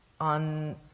On